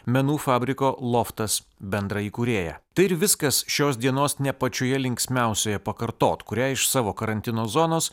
menų fabriko loftas bendraįkūrėja tai ir viskas šios dienos ne pačioje linksmiausioje pakartot kurią iš savo karantino zonos